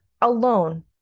alone